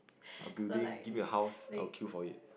a building give a house I will queue for it